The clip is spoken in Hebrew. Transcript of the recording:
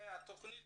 תכנית